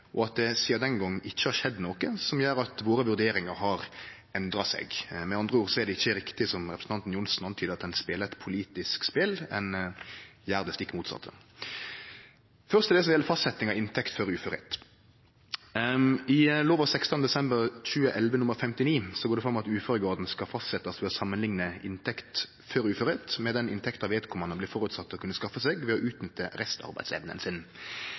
og at det sidan den gongen ikkje har skjedd noko som gjer at det etter våre vurderingar har endra seg. Med andre ord er det ikkje riktig, som representanten Johnsen antydar, at ein spelar eit politisk spel. Ein gjer det stikk motsette. Først til det som gjeld fastsetjing av inntekt før uførleik. I lov av 16. desember 2011 nr. 59 går det fram at ein skal fastsetje uføregraden ved å samanlikne inntekt før uførleik med den inntekta ein reknar med at vedkomande vil kunne skaffe seg ved å utnytte